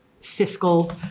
fiscal